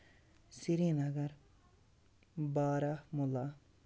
Sri Nagar Baramulla